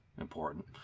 important